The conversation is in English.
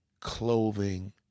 clothing